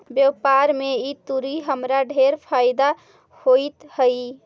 व्यापार में ई तुरी हमरा ढेर फयदा होइत हई